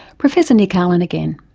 professor nick allen again.